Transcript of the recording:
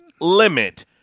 limit